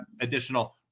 additional